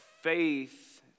Faith